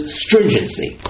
stringency